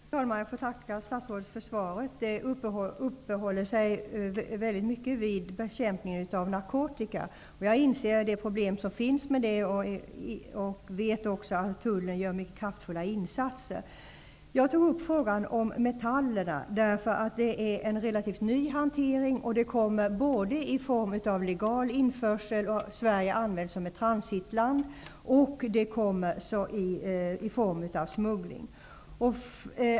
Fru talman! Jag får tacka statsrådet för svaret där statsrådet väldigt mycket uppehåller sig vid bekämpningen av narkotika. Jag inser de problem som finns och vet också att tullen gör mycket kraftfulla insatser. Jag tog upp frågan om metallerna, därför att det är fråga om en relativt ny hantering. Sådana kommer både genom legal införsel och då Sverige används som ett transitland och genom smuggling.